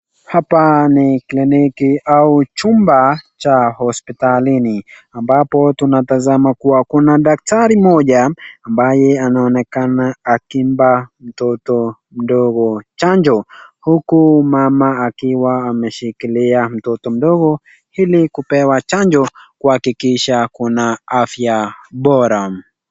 Hapa ni kliniki au chumba cha hospitali, ambapo tunatazama kuwa kuna daktari moja, ambaye anaonekana akimpa mtoto mdogo chanjo. Huku mama akiwa ameshikilia mtoto mdogo, ili kupewa chanjo kuhakikisha ako na afya bora.